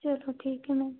चलो ठीक है मैम